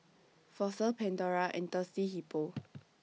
Fossil Pandora and Thirsty Hippo